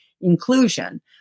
inclusion